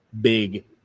big